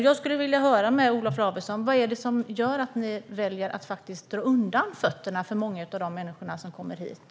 Jag vill fråga Olof Lavesson: Vad är det som gör att ni väljer att dra undan fötterna för många av de människor som kommer hit?